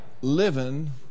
living